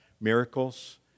miracles